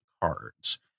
cards